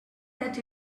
that